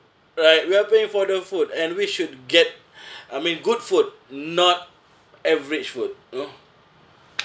right we are paying for the food and we should get I mean good food not average food you know